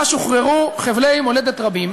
שבה שוחררו חבלי מולדת רבים,